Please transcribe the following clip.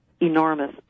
enormous